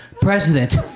president